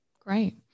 great